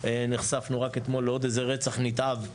נחשפנו רק אתמול לעוד איזה רצח נתעב באשדוד,